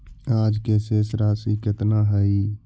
आज के शेष राशि केतना हई?